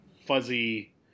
fuzzy